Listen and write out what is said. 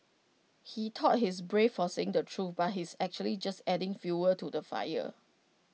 he thought he's brave for saying the truth but he's actually just adding fuel to the fire